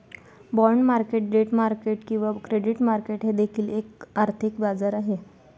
bond market debt market किंवा credit market हे देखील एक आर्थिक बाजार आहे